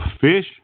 fish